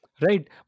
Right